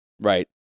Right